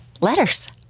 letters